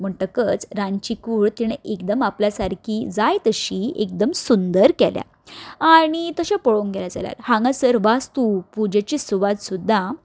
म्हणटकच रांदची कूड तिणे एकदम आपल्या सारकी जाय तशी एकदम सुंदर केल्या आनी तशें पळोवंक गेले जाल्यार हांगासर वास्तू पुजेची सुवात सुद्दां